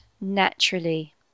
naturally